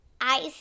ice